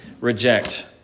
reject